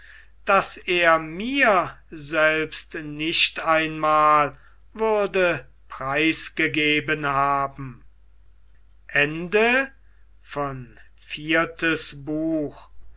das er mir selbst nicht einmal würde preisgegeben haben